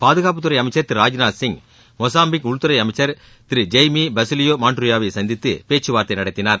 பாதுகாப்புத்துறை அமைச்சர் திரு ராஜ்நாத் சிங் மொசாம்பிக் உள்துறை அமைச்சர் திரு ஜெய்மி பசிலியோ மாண்டேரியோ வை சந்தித்து பேச்சு வார்த்தை நடத்தினார்